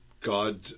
God